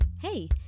Hey